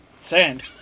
Sand